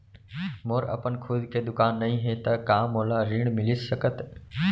मोर अपन खुद के दुकान नई हे त का मोला ऋण मिलिस सकत?